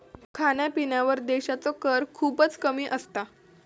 खाण्यापिण्यावर देशाचो कर खूपच कमी असता